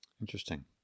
Interesting